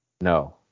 No